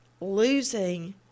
losing